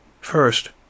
First